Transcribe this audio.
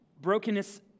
brokenness